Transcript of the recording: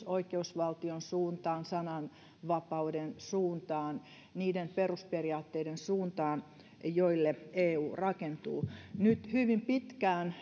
oikeusvaltion suuntaan sananvapauden suuntaan niiden perusperiaatteiden suuntaan joille eu rakentuu nyt hyvin pitkään